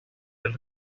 del